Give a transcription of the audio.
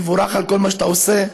תבורך על כל מה שאתה עושה.